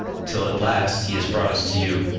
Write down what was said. till at last he has brought us to you.